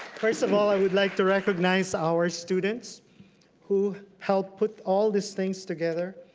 first of all, i would like to recognize our students who helped put all these things together.